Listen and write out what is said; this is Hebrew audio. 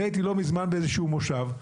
הייתי לא מזמן באיזשהו מושב,